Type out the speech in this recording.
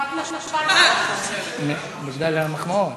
כמעט נפלתי, בגלל המחמאות.